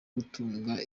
gutunga